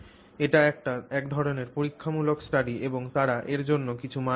এটি একটি এক ধরণের পরীক্ষামূলক স্টাডি এবং তারা এর জন্য কিছু মান পেয়েছে